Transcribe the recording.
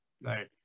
Right